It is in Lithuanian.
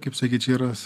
kaip sakyt čia yra